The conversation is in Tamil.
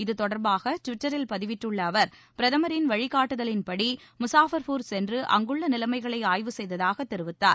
இது தொடர்பாக டிவிட்டரில் பதிவிட்டுள்ள அவர் பிரதமரின் வழிகாட்டுதலின்படி முசாஃபர்பூர் சென்று அங்குள்ள நிலைமைகளை ஆய்வு செய்ததாக தெரிவித்துள்ளார்